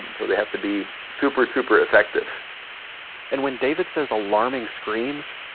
and so they have to be super, super effective and when david says alarming screams,